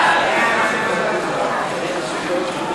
סעיפים 10